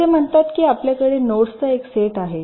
असे म्हणतात की आपल्याकडे नोड्सचा एक सेट आहे